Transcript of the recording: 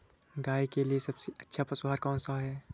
गाय के लिए सबसे अच्छा पशु आहार कौन सा है?